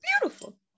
beautiful